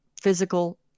physical